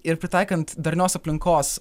ir pritaikant darnios aplinkos